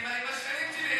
הם השכנים שלי,